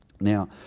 Now